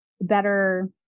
better